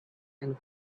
and